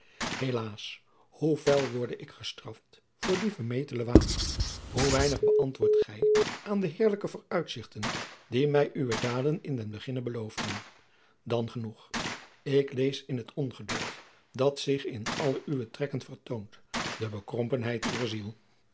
helaas hoe fel worde ik gestraft voor dien vermetelen waan hoe weinig bëantwoordt gij aan de heerlijke vooruitzichten die mij uwe daden in den beginne beloofden dan genoeg ik lees in het ongeduld dat zich in alle uw trekken vertoont de bekrompenheid uwer ziel